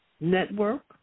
Network